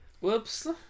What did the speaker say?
whoops